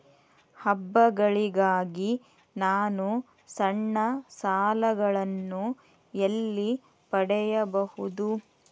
ಹಬ್ಬಗಳಿಗಾಗಿ ನಾನು ಸಣ್ಣ ಸಾಲಗಳನ್ನು ಎಲ್ಲಿ ಪಡೆಯಬಹುದು?